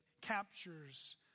captures